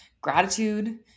Gratitude